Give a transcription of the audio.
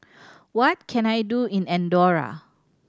what can I do in Andorra